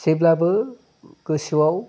जेब्लाबो गोसोआव